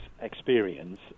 experience